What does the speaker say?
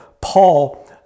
Paul